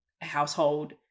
household